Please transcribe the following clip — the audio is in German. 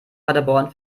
paderborn